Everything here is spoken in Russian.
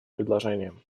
предложением